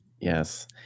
Yes